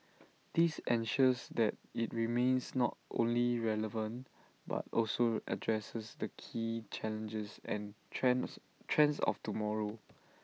this ensures that IT remains not only relevant but also addresses the key challenges and trends trends of tomorrow